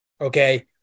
okay